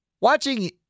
Watching